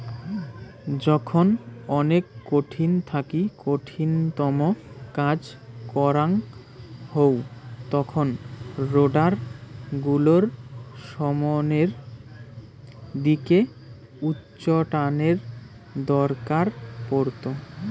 যখন অনেক কঠিন থাকি কঠিনতম কাজ করাং হউ তখন রোডার গুলোর সামনের দিকে উচ্চটানের দরকার পড়ত